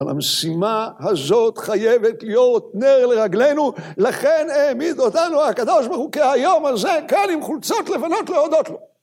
המשימה הזאת חייבת להיות נר לרגלינו, לכן העמיד אותנו הקדוש-ברוך-הוא כהיום הזה, כאן עם חולצות לבנות להודות לו.